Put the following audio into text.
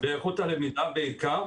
באיכות הלמידה בעיקר